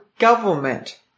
Government